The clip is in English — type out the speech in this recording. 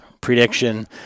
prediction